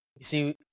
see